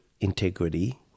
integrity